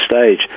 stage